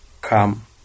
come